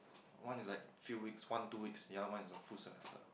one is like few weeks one two weeks yea one is on food semester